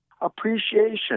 Appreciation